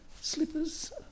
slippers